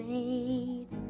Made